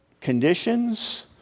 conditions